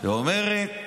היא אומרת: